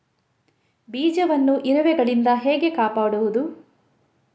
ಬೀಜವನ್ನು ಇರುವೆಗಳಿಂದ ಹೇಗೆ ಕಾಪಾಡುವುದು?